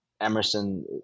Emerson